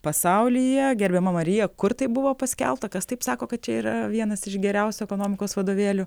pasaulyje gerbiama marija kur tai buvo paskelbta kas taip sako kad čia yra vienas iš geriausių ekonomikos vadovėlių